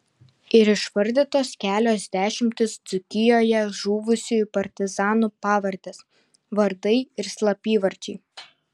ir išvardytos kelios dešimtys dzūkijoje žuvusiųjų partizanų pavardės vardai ir slapyvardžiai